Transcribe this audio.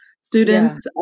students